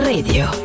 Radio